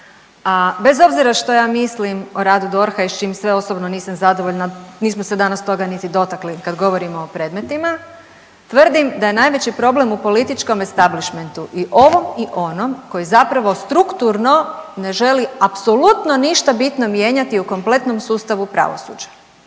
A bez obzira što ja mislim o radu DORH-a i čim sve osobno nisam zadovoljna, nismo se danas toga niti dotakli kada govorimo o predmetima, tvrdim da je najveći problem u političkom establišmentu i ovom i onom koji zapravo strukturno ne želi apsolutno ništa bitno mijenjati u kompletnom sustavu pravosuđa.